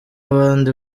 abandi